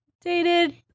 Dated